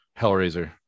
Hellraiser